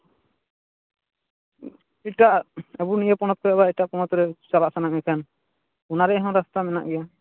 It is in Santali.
ᱮᱴᱟᱜ ᱟᱵᱚ ᱱᱤᱭᱟᱹ ᱯᱚᱱᱚᱛ ᱠᱷᱚᱱ ᱮᱴᱟᱜ ᱯᱚᱱᱚᱛ ᱛᱮ ᱪᱟᱞᱟᱜ ᱥᱟᱱᱟ ᱢᱮᱠᱷᱟᱱ ᱚᱱᱟᱨᱮᱭᱟᱜ ᱦᱚᱸ ᱨᱟᱥᱛᱟ ᱢᱮᱱᱟᱜ ᱜᱮᱭᱟ